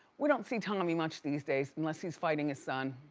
we don't see tommy much these days unless he's fighting his son.